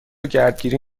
گردگیری